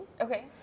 Okay